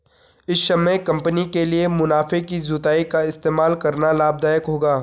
इस समय कंपनी के लिए मुनाफे की जुताई का इस्तेमाल करना लाभ दायक होगा